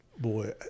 Boy